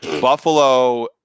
Buffalo